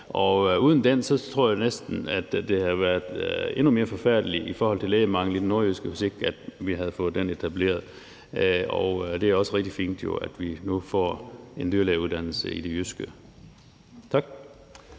etableret, tror jeg næsten, det havde været endnu mere forfærdeligt i forhold til lægemangel i det nordjyske. Det er også rigtig fint, at vi nu får en dyrlægeuddannelse i det jyske. Tak.